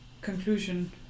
conclusion